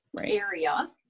area